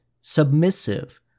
submissive